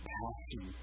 passion